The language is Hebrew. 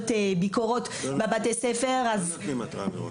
לביקורת --- לא נותנים התראה מראש.